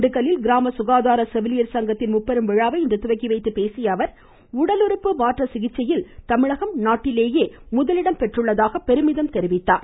திண்டுக்கல்லில் கிராம சுகாதார செவிலியர் சங்கத்தின் முப்பெரும் விழாவை இன்று துவக்கி வைத்துப் பேசிய அவர் உடலுறுப்பு மாற்ற சிகிச்சையில் தமிழகம் நாட்டிலேயே முதலிடம் பெற்றுள்ளதாக பெருமிதம் தெரிவித்தார்